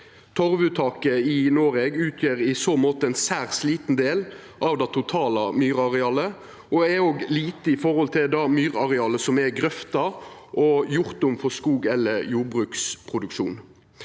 Torvuttaket i Noreg utgjer i så måte ein særs liten del av det totale myrarealet og er òg lite samanlikna med det myrarealet som er grøfta og gjort om for skogeller jordbruksproduksjon.